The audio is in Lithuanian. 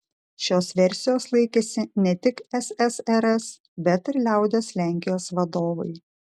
šios versijos laikėsi ne tik ssrs bet ir liaudies lenkijos vadovai